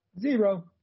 Zero